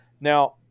Now